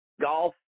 golf